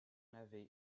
avez